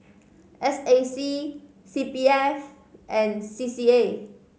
S A C C P F and C C A